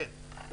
כן.